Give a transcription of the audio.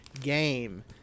game